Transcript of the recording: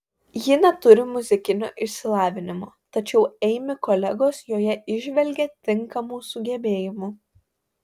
ji neturi muzikinio išsilavinimo tačiau eimi kolegos joje įžvelgia tinkamų sugebėjimų